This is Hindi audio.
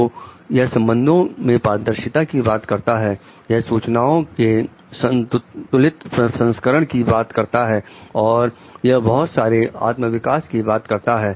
तो यह संबंधों में पारदर्शिता की बात करता है यह सूचनाओं के संतुलित प्रसंस्करण की बात करता है और यह बहुत सारे आत्मा विकास में मदद करता है